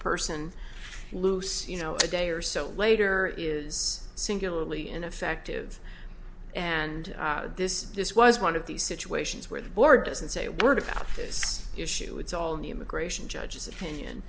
person loose you know a day or so later is singularly ineffective and this this was one of these situations where the board doesn't say a word about this issue it's all new immigration judges opinion